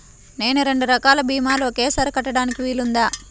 నేను రెండు రకాల భీమాలు ఒకేసారి కట్టడానికి వీలుందా?